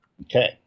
okay